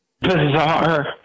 bizarre